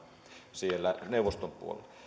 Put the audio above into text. siellä neuvoston puolella